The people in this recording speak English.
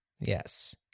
Yes